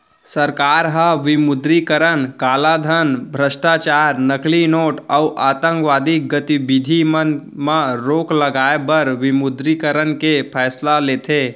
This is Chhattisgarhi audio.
सरकार ह विमुद्रीकरन कालाधन, भस्टाचार, नकली नोट अउ आंतकवादी गतिबिधि मन म रोक लगाए बर विमुद्रीकरन के फैसला लेथे